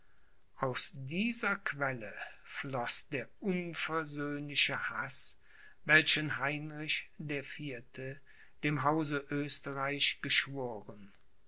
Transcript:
aus dieser quelle floß der unversöhnliche haß welchen heinrich der vierte dem hause oesterreich geschworen